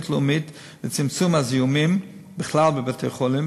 לאומית לצמצום הזיהומים בכלל בבתי-חולים,